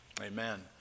Amen